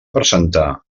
presentar